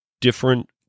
different